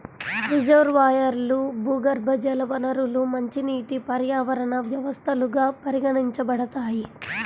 రిజర్వాయర్లు, భూగర్భజల వనరులు మంచినీటి పర్యావరణ వ్యవస్థలుగా పరిగణించబడతాయి